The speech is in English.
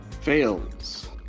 Fails